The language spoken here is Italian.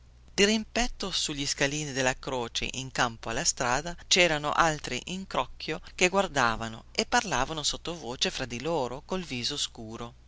dirimpetto sugli scalini della croce in campo alla strada cerano altri in crocchio che guardavano e parlavano sottovoce fra di loro col viso scuro